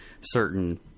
certain